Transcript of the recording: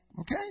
Okay